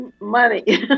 money